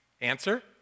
answer